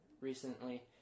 recently